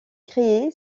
crée